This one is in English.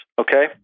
Okay